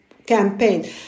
Campaign